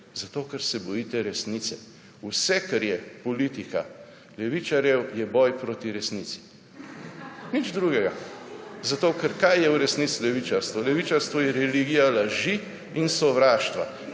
naprej, ker se bojite resnice. Vse, kar je politika levičarjev, je boj proti resnici. / smeh v dvorani/ Nič drugega. Kaj je v resnici levičarstvo? Levičarstvo je religija laži in sovraštva.